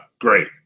Great